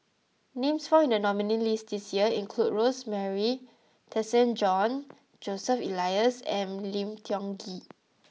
names found in the nominees' list this year include Rosemary Tessensohn Joseph Elias and Lim Tiong Ghee